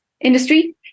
industry